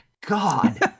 God